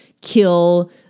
kill